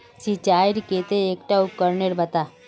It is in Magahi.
सिंचाईर केते एकटा उपकरनेर नाम बता?